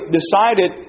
decided